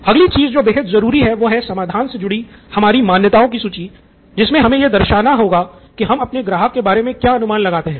अगली चीज़ जो बेहद ज़रूरी है वो है समाधान से जुड़ी हमारी मान्यताओं की सूची जिसमे हमे यह दर्शाना है की हम अपने ग्राहक के बारे में क्या अनुमान लगाते है